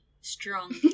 Strong